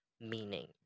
meaning